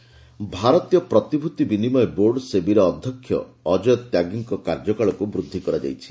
ସେବି chairman ଭାରତୀୟ ପ୍ରତିଭୂତି ବିନିମୟ ବୋର୍ଡ 'ସେବି'ର ଅଧ୍ୟକ୍ଷ ଅଜୟ ତ୍ୟାଗୀଙ୍କ କାର୍ଯ୍ୟକାଳକୁ ବୃଦ୍ଧି କରାଯାଇଛି